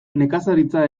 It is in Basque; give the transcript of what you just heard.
nekazaritza